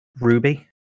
Ruby